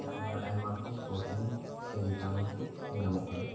ᱚᱱᱟᱨᱮ ᱟᱭᱢᱟ ᱨᱚᱠᱚᱢ ᱯᱨᱚᱴᱤᱱ ᱥᱮ ᱵᱷᱤᱴᱟᱢᱤᱱ ᱠᱚ ᱧᱟᱢᱚᱜ ᱠᱟᱱᱟ